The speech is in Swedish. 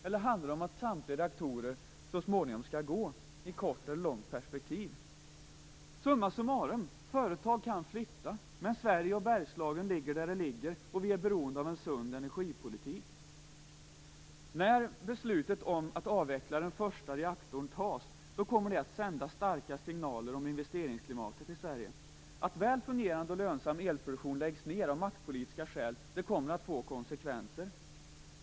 Eller handlar det om att samtliga reaktorer så småningom, i ett kort eller i ett långt perspektiv, skall gå? Summa summarum: Företag kan flytta, men Sverige och Bergslagen ligger där de ligger och vi är beroende av en sund energipolitik. När beslutet om att avveckla den första reaktorn tas kommer det att sända starka signaler om investeringsklimatet i Sverige. Att en väl fungerande och lönsam elproduktion läggs ned av maktpolitiska skäl kommer att få konsekvenser.